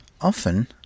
Often